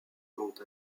vont